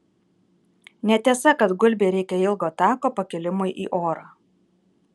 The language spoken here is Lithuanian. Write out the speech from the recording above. netiesa kad gulbei reikia ilgo tako pakilimui į orą